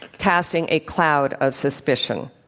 casting a cloud of suspicion.